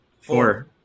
Four